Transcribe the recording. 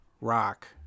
rock